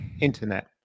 internet